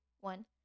one